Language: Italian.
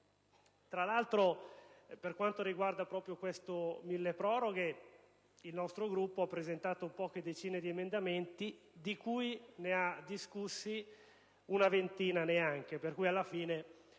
Tra l'altro, per quanto riguarda proprio questo milleproroghe, il nostro Gruppo ha presentato poche decine di emendamenti, di cui ne ha discussi meno di una ventina, per cui, alla fine, tutto